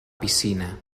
piscina